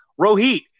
Rohit